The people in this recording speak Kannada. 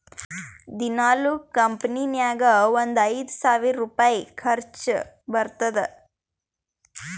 ದಿನಾಲೂ ಕಂಪನಿ ನಾಗ್ ಒಂದ್ ಐಯ್ದ ಸಾವಿರ್ ರುಪಾಯಿ ಖರ್ಚಾ ಬರ್ತುದ್